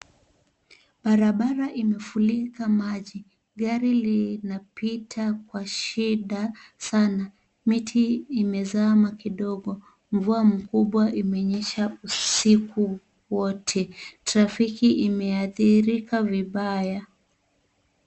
Barabara imefurika maji. Gari linapita kwa shida Sana. Miti imezama kidogo. Mvua mkubwa imenyesha usiku wote. Trafiki imeathirika vibaya.